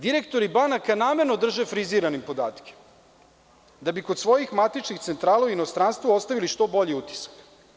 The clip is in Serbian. Direktori banaka namerno drže frizirane podatke, da bi kod svojih matičnih centrala u inostranstvu ostavili što bolji utisak.